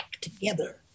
together